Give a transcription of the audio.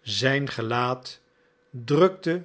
zijn gelaat drukte